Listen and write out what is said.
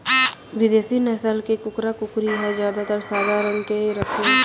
बिदेसी नसल के कुकरा, कुकरी ह जादातर सादा रंग के रथे